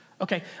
Okay